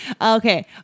Okay